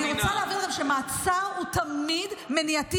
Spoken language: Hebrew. אני רוצה להבהיר לכם שמעצר הוא תמיד מניעתי,